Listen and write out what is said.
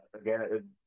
again